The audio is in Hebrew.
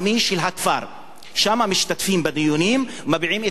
שם, משתתפים בדיונים, מביעים את העמדה שלהם.